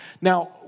Now